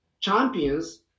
Champions